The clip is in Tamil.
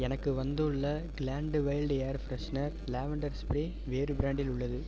எனக்கு வந்துள்ள Glade wild air freshener lavender spray வேறு ப்ராண்டில் உள்ளது